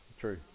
true